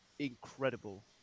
incredible